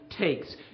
takes